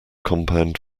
compound